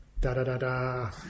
Da-da-da-da